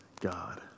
God